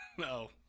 no